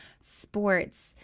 sports